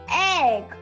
egg